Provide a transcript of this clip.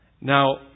Now